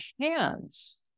hands